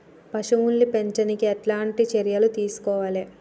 పశువుల్ని పెంచనీకి ఎట్లాంటి చర్యలు తీసుకోవాలే?